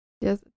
yes